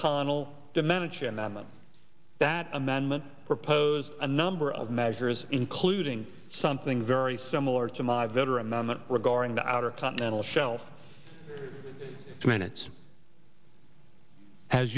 mcconnell domenici and them that amendment propose a number of measures including something very similar to my veteran moment regarding the outer continental shelf two minutes as